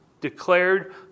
declared